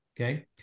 Okay